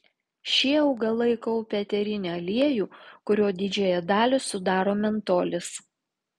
šie augalai kaupia eterinį aliejų kurio didžiąją dalį sudaro mentolis